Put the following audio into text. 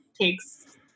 takes